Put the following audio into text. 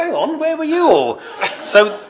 ah um where were you so